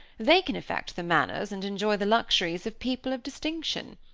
they can affect the manners and enjoy the luxuries of people of distinction.